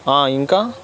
ఆ ఇంకా